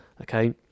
okay